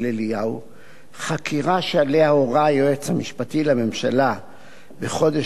חקירה שעליה הורה היועץ המשפטי לממשלה בחודש נובמבר אשתקד